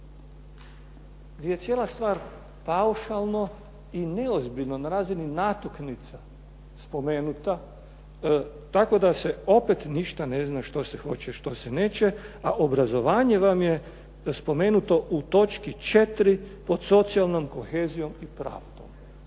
gdje je cijela stvar paušalno i neozbiljno na razini natuknica spomenuta tako da se opet ništa ne zna što se hoće, što se neće, a obrazovanje vam je spomenuto u točki 4. pod socijalnom kohezijom i pravdom.